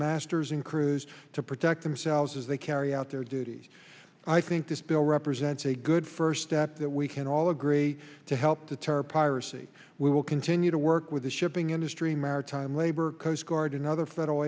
masters and crews to protect themselves as they carry out their duties i think this bill represents a good first step that we can all agree to help deter piracy we will continue to work with the shipping industry maritime labor coast guard and other federal